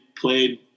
played